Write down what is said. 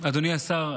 אדוני השר,